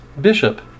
Bishop